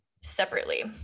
separately